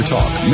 Talk